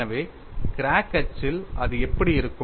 எனவே கிராக் அச்சில் அது எப்படி இருக்கும்